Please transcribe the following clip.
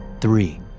three